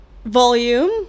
volume